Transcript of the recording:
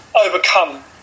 overcome